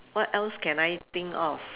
what else can I think of